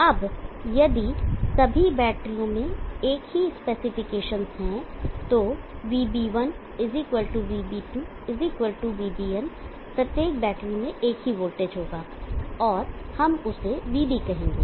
अब यदि सभी बैटरियों में एक ही स्पेक्स है तो VB1 VB2 VBn प्रत्येक बैटरी में एक ही वोल्टेज होगा और हम उसे VB कहेंगे